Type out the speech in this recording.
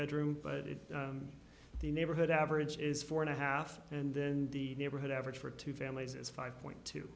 bedroom but if the neighborhood average is four and a half and then the neighborhood average for two families is five point t